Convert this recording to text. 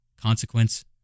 Consequence